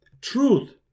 Truth